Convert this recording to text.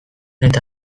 eta